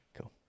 cool